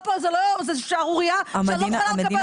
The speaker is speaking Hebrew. זו שערורייה שאני לא יכולה לקבל אותה.